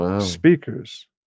speakers